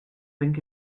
think